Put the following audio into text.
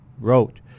wrote